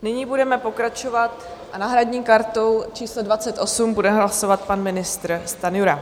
Nyní budeme pokračovat... a s náhradní kartou číslo 28 bude hlasovat pan ministr Stanjura.